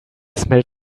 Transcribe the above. smelled